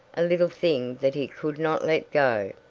a little thing that he could not let go.